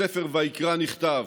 בספר ויקרא נכתב: